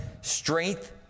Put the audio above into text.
strength